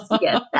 yes